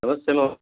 नमस्ते भोः